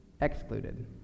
excluded